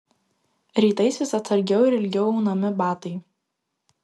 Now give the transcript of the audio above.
rytais vis atsargiau ir ilgiau aunami batai